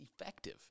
effective